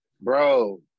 Bro